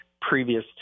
previous